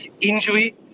injury